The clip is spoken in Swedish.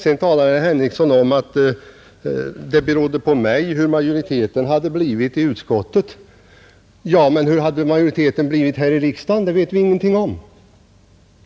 Sedan talar herr Henrikson om att det berodde på mig hur majoriteten skulle bli i utskottet. Ja, men hur hade majoriteten blivit här i kammaren? Det vet vi ingenting om.